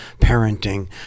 parenting